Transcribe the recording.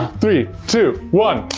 three, two, one.